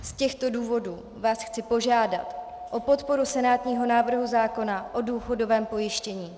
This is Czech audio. Z těchto důvodů vás chci požádat o podporu senátního návrhu zákona o důchodovém pojištění.